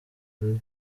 birori